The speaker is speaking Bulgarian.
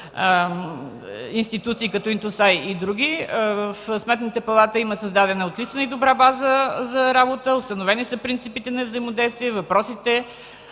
институции като ИНТОСАЙ и други, в Сметната палата има създадена добра и отлична база за работа, установени са принципите на взаимодействие, въпросите,